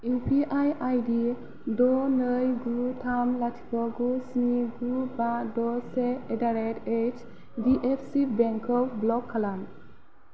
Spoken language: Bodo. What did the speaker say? इउपिआई आईडि द' नै गु थाम लाथिख' गु स्नि गु बा द' से एदारेथ ओइयदिएफचि बेंकखौ ब्लक खालाम